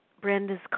Brenda's